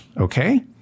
okay